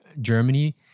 germany